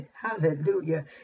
hallelujah